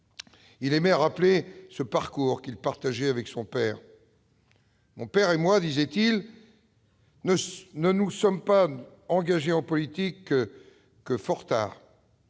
Il aimait à rappeler ce parcours qu'il partageait avec son père :« Mon père et moi- disait-il -ne nous sommes engagés en politique que fort tard,